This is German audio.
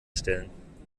stellen